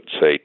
say